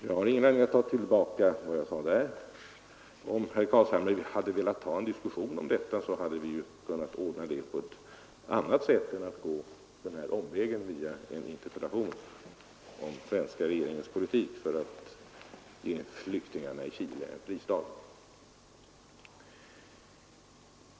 Jag har ingen anledning att ta tillbaka vad jag sade där. Om herr Carlshamre velat ha en diskussion om detta, så hade vi ju kunnat ordna det på annat sätt än att gå den här omvägen via en interpellation om svenska regeringens politik för att ge flyktingarna i Chile en fristad.